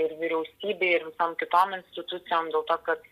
ir vyriausybei ir visom kitom institucijojm dėl to kad